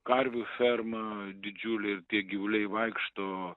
karvių ferma didžiulė ir tie gyvuliai vaikšto